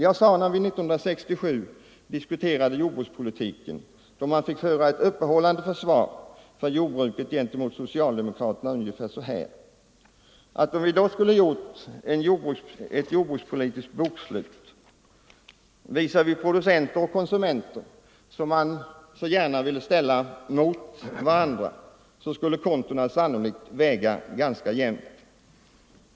Jag sade, när vi 1967 diskuterade jordbrukspolitiken — det var då man fick föra ett uppehållande försvar för jordbruket gentemot socialdemokraterna —- ungefär så här, att om vi då skulle ha gjort ett jordbrukspolitiskt bokslut visavi producenter och konsumenter, som man så gärna ville ställa mot varandra, skulle kontona sannolikt väga ganska jämnt.